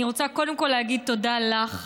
אני רוצה קודם כל להגיד תודה לך,